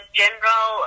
general